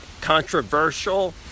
controversial